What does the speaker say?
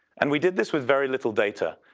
and we did this with very little data.